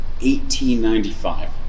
1895